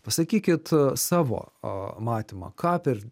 pasakykit savo matymą ką per